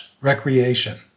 recreation